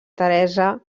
teresa